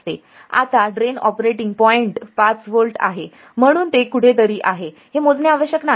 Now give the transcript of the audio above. आता drain operating point 5 volt आहे म्हणून ते येथे कुठेतरी आहे हे मोजणे आवश्यक नाही